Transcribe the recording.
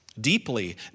deeply